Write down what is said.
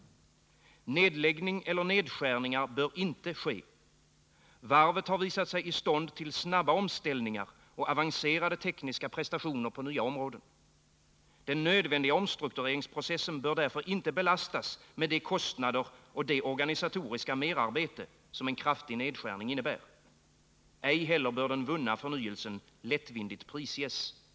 Nedläggning eller nedskärningar bör inte ske. Varvet har visat sig i stånd till snabba omställningar och avancerade tekniska prestationer på nya områden. Den nödvändiga omstruktureringsprocessen bör inte belastas med de kostnader och det organisatoriska merarbete som en kraftig nedskärning 35 innebär.